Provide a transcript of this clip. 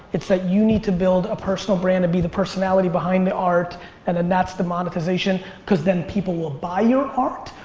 it's that you need to build a personal brand and be the personality behind the art and then that's the monetization cause then people will buy your art?